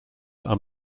are